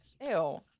ew